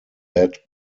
led